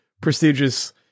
prestigious